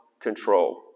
control